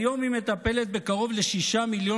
כיום היא מטפלת בקרוב לשישה מיליוני